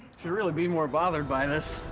should really be more bothered by this.